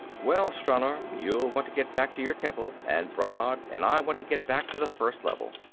well, stranor, you'll want to get back to your temple, and brannad and i want to get back to the first level.